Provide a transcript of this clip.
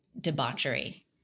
debauchery